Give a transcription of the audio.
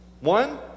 one